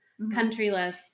countryless